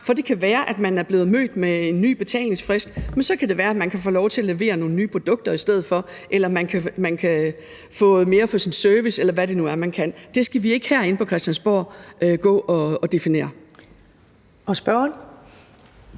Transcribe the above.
For det kan være, at man er blevet mødt med en ny betalingsfrist, men så kan det være, at man kan få lov til at levere nogle nye produkter i stedet for, eller at man kan få mere for sin service, eller hvad det nu er, man kan. Det skal vi ikke gå og definere herinde